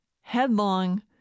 headlong